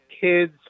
kids